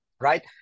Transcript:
Right